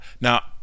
Now